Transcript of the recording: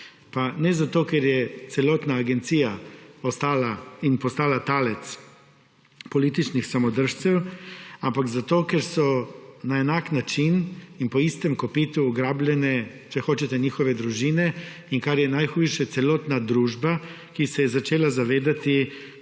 Pa ne zato, ker je celotna agencija ostala in postala talec političnih samodržcev, ampak zato, ker so na enak način in po istem kopitu ugrabljene, če hočete, njihove družine in, kar je najhujše, celotna družba, ki se je začela zavedati,